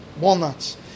walnuts